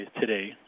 today